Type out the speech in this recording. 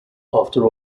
after